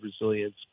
resilience